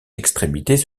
extrémités